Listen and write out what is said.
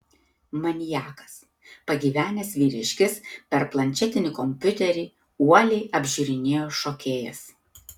maniakas pagyvenęs vyriškis per planšetinį kompiuterį uoliai apžiūrinėjo šokėjas